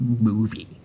movie